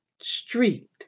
Street